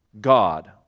God